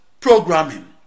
programming